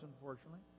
unfortunately